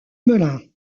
melun